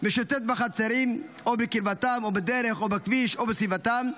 --- משוטט בחצרים או בקרבתם או בדרך או בכביש או בסביבתם,